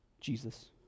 Jesus